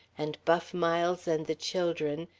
and buff miles and the children,